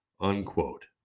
unquote